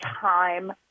time